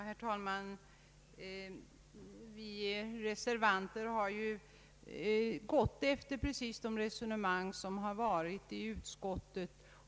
Herr talman! Vi reservanter har ju gått efter de resonemang som förekommit inom utskottet.